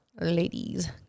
Ladies